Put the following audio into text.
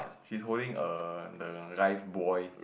she is holding a the life buoy